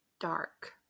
dark